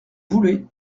voulez